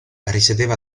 risiedeva